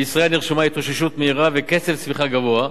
בישראל נרשמה התאוששות מהירה וקצב צמיחה גבוה.